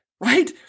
right